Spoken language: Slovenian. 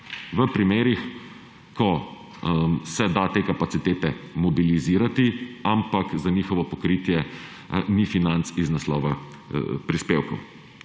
v primerih, ko se da te kapacitete mobilizirati, ampak za njihovo pokritje ni financ z naslova prispevkov.